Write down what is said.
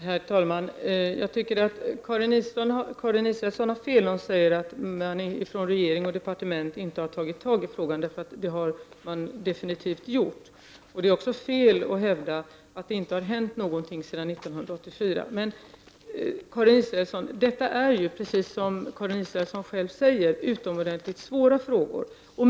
Herr talman! Jag tycker att Karin Israelsson har fel när hon säger att regeringen och departementet inte har tagit tag i frågan. Det har man definitivt gjort. Det är också fel att hävda att det inte har hänt någonting sedan 1984. Men detta är, precis som Karin Israelsson säger, utomordentligt svåra frågor.